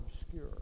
obscure